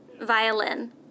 Violin